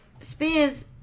Spears